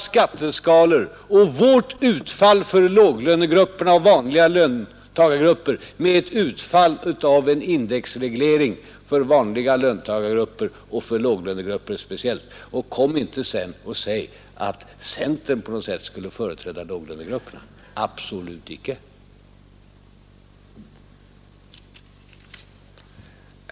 Jämför utfallet av våra skatteskalor för låglönegrupperna. Det har han panna till att säga, när han tar ståndpunkt reglering — och kom inte sedan och säg att centern på något sätt skulle företräda låglönegrupperna! Absolut icke!